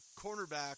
cornerback